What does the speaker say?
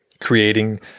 creating